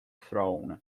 throne